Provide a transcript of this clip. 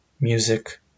music